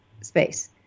space